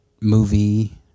movie